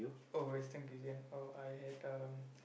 oh Western cuisine oh I had uh